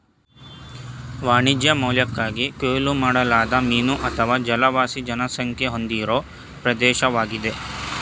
ವಾಣಿಜ್ಯ ಮೌಲ್ಯಕ್ಕಾಗಿ ಕೊಯ್ಲು ಮಾಡಲಾದ ಮೀನು ಅಥವಾ ಜಲವಾಸಿ ಜನಸಂಖ್ಯೆ ಹೊಂದಿರೋ ಪ್ರದೇಶ್ವಾಗಿದೆ